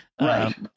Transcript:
right